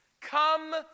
Come